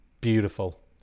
Beautiful